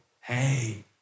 hey